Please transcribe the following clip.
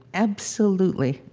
absolutely.